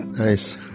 Nice